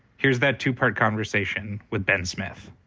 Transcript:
here's that two part conversation with ben smith.